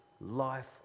life